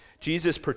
Jesus